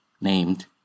named